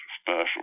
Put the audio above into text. special